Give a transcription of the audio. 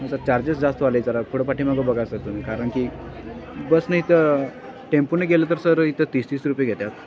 sir charges जास्त वायले जरा पुढं पाठीमागं बघा सर तुम्ही कारण की बसने इथं टेम्पूने गेलं तर सर इथं तीस तीस रुपये घेतात